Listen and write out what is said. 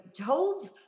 told